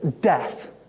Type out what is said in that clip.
death